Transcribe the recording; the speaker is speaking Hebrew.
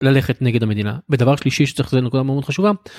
ללכת נגד המדינה ודבר שלישי שצריך זה נקודה מאוד חשובה.